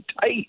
tight